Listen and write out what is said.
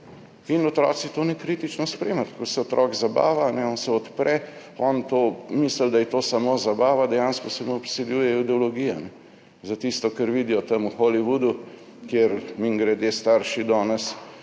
in otroci to nekritično spremljajo. Ko se otrok zabava, se odpre, on misli, da je to samo zabava, dejansko se mu vsiljuje ideologija za tisto, kar vidijo tam v Hollywoodu, kjer, mimogrede, med starši danes